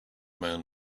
man